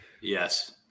yes